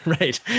Right